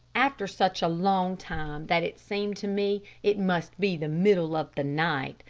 after such a long time that it seemed to me it must be the middle of the night,